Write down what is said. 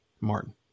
Martin